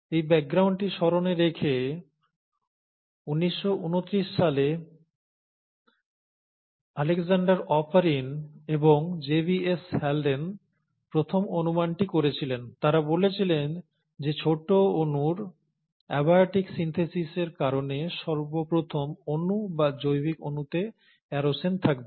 এই ব্যাকগ্রাউন্ডটি স্মরণে রেখে 1929 সালে Alexander Oparin এবং JBS Halden প্রথম অনুমানটি করেছিলেন তারা বলেছিলেন যে ছোট অণুর অ্যাবায়োটিক সিন্থেসিসের কারণে সর্বপ্রথম অণু বা জৈবিক অণুতে এরোসেন থাকবে